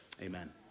Amen